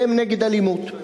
והם נגד אלימות.